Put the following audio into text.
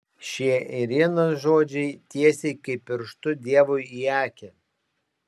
šie irenos žodžiai tiesiai kaip pirštu dievui į akį